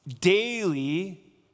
daily